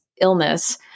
illness